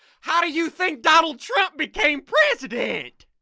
how do you think donald trump became president?